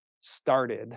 started